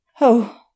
Oh